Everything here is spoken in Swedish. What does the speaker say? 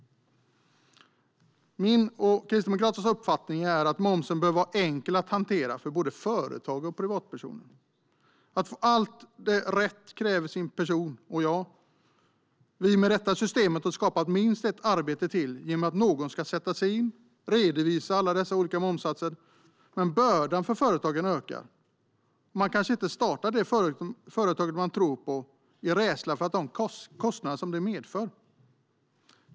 Min och Kristdemokraternas uppfattning är att momsen bör vara enkel att hantera för både företag och privatpersoner. Att få allt detta rätt kräver sin person. Och ja, vi har med detta system skapat minst ytterligare ett arbetstillfälle eftersom någon ska sätta sig in i allt och redovisa alla dessa olika momssatser. Men bördan för företagen ökar, och man kanske inte startar det företag som man tror på av rädsla för de kostnader det medför.